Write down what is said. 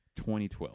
2012